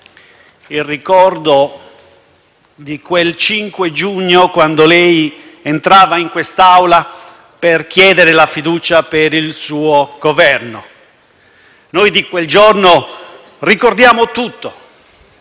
il ricordo di quel 5 giugno, quando lei entrava in quest'Aula per chiedere la fiducia per il suo Governo. Noi di quel giorno ricordiamo tutto: